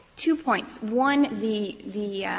two points. one, the the yeah